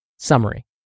Summary